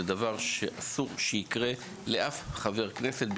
זה דבר שאסור שיקרה לאף חבר כנסת,